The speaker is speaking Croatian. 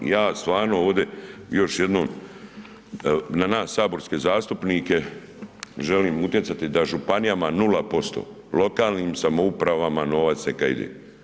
Ja stvarno ovdje još jednom na nas saborske zastupnike želim utjecati da županijama nula posto, lokalnim samoupravama novac neka ide.